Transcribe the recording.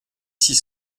six